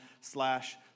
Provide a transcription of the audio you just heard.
slash